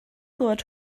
glywed